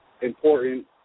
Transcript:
important